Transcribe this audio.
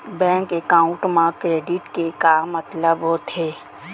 Bank account मा credit के का मतलब होथे?